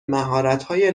مهارتهای